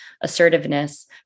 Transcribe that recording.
assertiveness